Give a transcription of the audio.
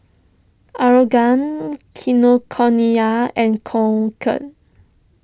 Aeroguard Kinokuniya and Conquer